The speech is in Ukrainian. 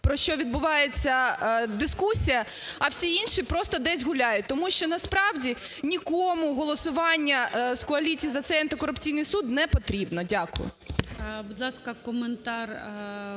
про що відбувається дискусія, а всі інші просто десь гуляють. Тому що насправді нікому голосування з коаліції за цей антикорупційний суд не потрібно. Дякую.